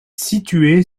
située